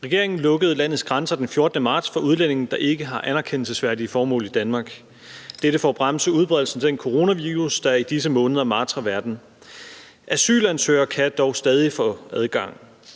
Regeringen lukkede landets grænser den 14. marts for udlændinge, der ikke har anerkendelsesværdige formål i Danmark. Dette var for at bremse udbredelsen af den coronavirus, der i disse måneder martrer verden. Asylansøgere kan dog stadig få adgang,